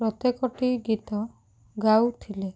ପ୍ରତ୍ୟେକଟି ଗୀତ ଗାଉଥିଲେ